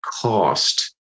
cost